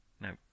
No